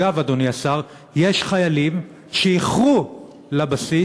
אגב, אדוני השר, יש חיילים שאיחרו לבסיס,